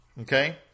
Okay